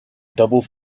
double